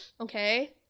Okay